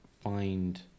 find